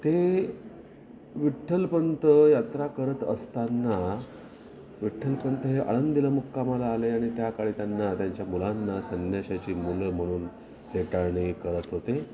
ते विठ्ठलपंत यात्रा करत असताना विठ्ठलपंत हे आळंदीला मुक्कामाला आले आणि त्या काळी त्यांना त्यांच्या मुलांना संन्याशाची मुलं म्हणून हेटाळणी करत होते